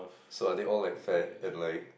so are they all like fat ugly